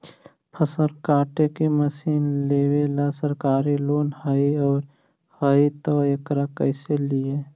फसल काटे के मशीन लेबेला सरकारी लोन हई और हई त एकरा कैसे लियै?